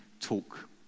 talk